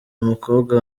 umukobwa